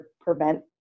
prevent